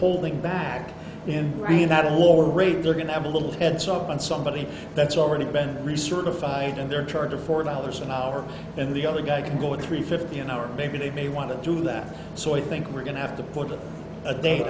holding back and worry about a lower rate they're going to have a little heads up on somebody that's already been recertified in their charge of four dollars an hour and the other guy going to three fifty an hour maybe they may want to do that so i think we're going to have to put a date